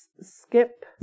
Skip